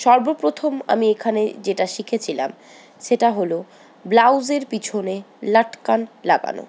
সর্বপ্রথম আমি এখানে যেটা শিখেছিলাম সেটা হল ব্লাউজের পিছনে লাটকান লাগানো